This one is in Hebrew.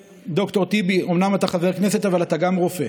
דוקטור טיבי, אומנם אתה חבר כנסת אבל אתה גם רופא